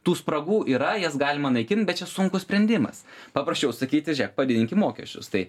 tų spragų yra jas galima naikint bet čia sunkus sprendimas paprasčiau sakyti žėk padidinkim mokesčius tai